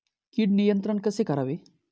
कीड नियंत्रण कसे करावे?